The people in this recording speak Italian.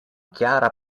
chiara